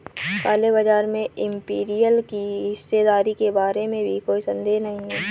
काले बाजार में इंपीरियल की हिस्सेदारी के बारे में भी कोई संदेह नहीं है